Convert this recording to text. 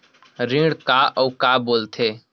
ऋण का अउ का बोल थे?